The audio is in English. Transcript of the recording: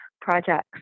projects